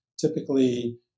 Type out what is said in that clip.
typically